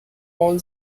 all